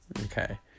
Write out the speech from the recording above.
Okay